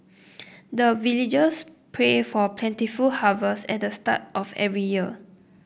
the villagers pray for plentiful harvest at the start of every year